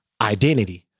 identity